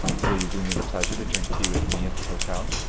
will you do me the pleasure to drink tea with me at the hotel?